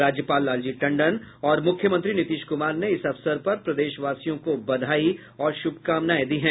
राज्यपाल लालजी टंडन और मुख्यमंत्री नीतीश कुमार ने इस अवसर पर प्रदेशवासियों को बधाई और श्भकामनाएं दी हैं